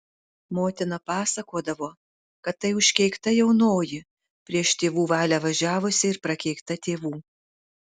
motina pasakodavo kad tai užkeikta jaunoji prieš tėvų valią važiavusi ir prakeikta tėvų